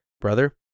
brother